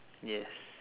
yes